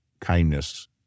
kindness